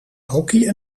hockey